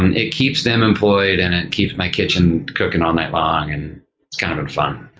and it keeps them employed and it keeps my kitchen cooking all night long, and it's kind of and fun.